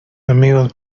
amigos